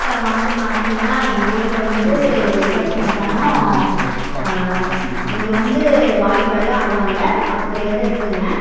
இப்போ வந்து பார்த்தீங்கனா எங்கள் ஊரில் வந்து விளையாட்டு மைதானம் அங்கே வந்து வாலி பால்லாம் ஆடுவாங்க பக்கத்துலையே தான் இருக்குங்க